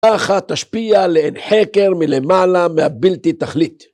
‫ככה תשפיע לאין חקר מלמעלה ‫מהבלתי תכלית.